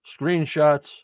screenshots